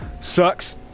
sucks